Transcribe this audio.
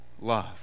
love